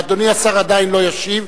אדוני השר עדיין לא ישיב,